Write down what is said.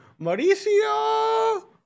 Mauricio